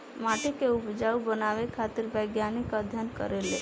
माटी के उपजाऊ बनावे खातिर वैज्ञानिक अध्ययन करेले